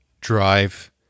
drive